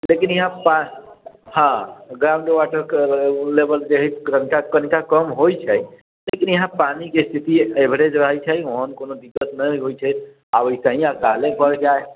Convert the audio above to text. लेकिन ईहाँ पा हँ ग्राउंड वाटर लेवल जे है कनिका कनिका कम होइ छै लेकिन ईहाँ पानी के स्थिति एभरेज रहै छै ओहन कोनो दिक्कत नहि होइ छै आ ओहिसे ही अकाले पर जाइ